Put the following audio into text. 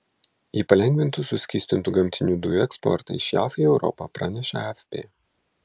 ji palengvintų suskystintų gamtinių dujų eksportą iš jav į europą pranešė afp